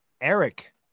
Eric